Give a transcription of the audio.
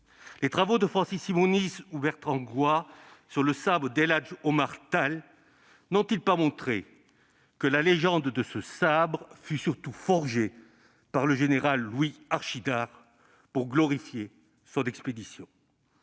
Les travaux de Francis Simonis ou Bertrand Goy sur le sabre d'El Hadj Omar Tall n'ont-ils pas montré que la légende de ce sabre fut surtout forgée par le général Louis Archinard pour glorifier son expédition ?